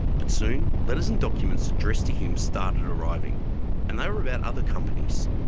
but soon letters and documents addressed to him started arriving and they were about other companies.